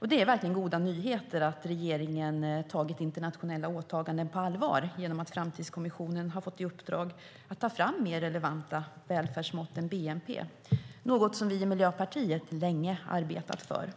Det är verkligen goda nyheter att regeringen har tagit internationella åtaganden på allvar genom att Framtidskommissionen har fått i uppdrag att ta fram mer relevanta välfärdsmått än bnp, något som vi i Miljöpartiet länge har arbetat för.